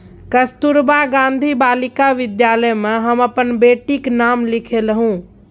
कस्तूरबा गांधी बालिका विद्यालय मे हम अपन बेटीक नाम लिखेलहुँ